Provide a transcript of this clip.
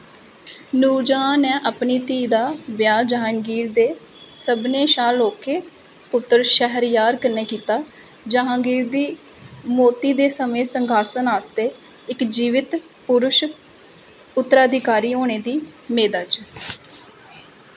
नूरजहां ने अपनी धीऽ दा ब्याह् जहांगीर दे सभनें शा लौह्के पुत्तर शहरयार कन्नै कीता जहांगीर दी मौती दे समें संघासन आस्तै इक जीवत पुरश उत्तराधिकारी होने दी मेदा च